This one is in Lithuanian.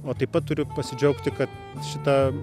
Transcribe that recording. o taip pat turiu pasidžiaugti kad šita